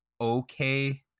okay